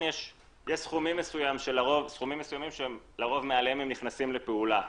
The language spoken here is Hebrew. יש סכומים מסוימים שלרוב מעליהם הם נכנסים לפעולה.